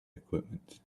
equipment